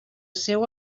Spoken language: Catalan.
seu